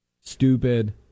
stupid